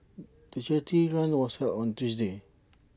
the charity run was held on Tuesday